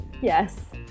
yes